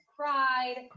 cried